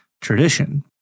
tradition